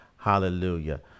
Hallelujah